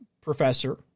professor